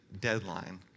deadline